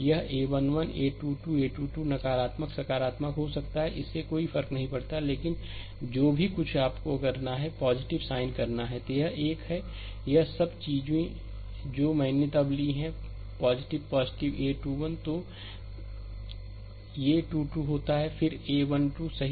यह a 1 1 a 2 2 a 2 2 नकारात्मक सकारात्मक हो सकता है इससे कोई फर्क नहीं पड़ता है लेकिन जो कुछ भी आपको करना है साइन करना है तो यह एक है यह सब चीजें जो मैंने तब ली हैं a21 तो a 2 2 होता है फिर a1 2 सही